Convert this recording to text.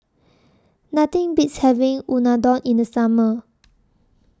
Nothing Beats having Unadon in The Summer